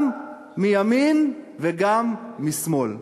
גם מימין וגם משמאל.